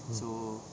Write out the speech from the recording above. mm